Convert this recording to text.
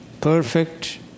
perfect